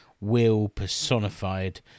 will-personified